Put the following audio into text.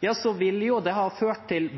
det ført til